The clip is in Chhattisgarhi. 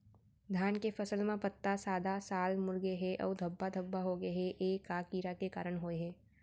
धान के फसल म पत्ता सादा, लाल, मुड़ गे हे अऊ धब्बा धब्बा होगे हे, ए का कीड़ा के कारण होय हे?